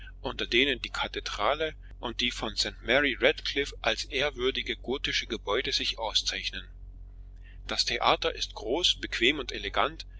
unter denen die kathedrale und die von st mary redcliffe als ehrwürdige gotische gebäude sich auszeichnen das theater ist groß bequem und elegant